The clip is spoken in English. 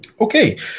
Okay